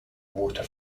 water